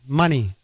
money